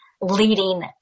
leading